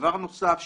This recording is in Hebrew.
דבר נוסף,